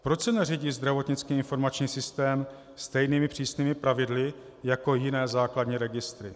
Proč se neřídí zdravotnický informační systém stejnými přísnými pravidly jako jiné základní registry?